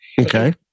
Okay